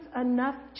enough